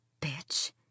Bitch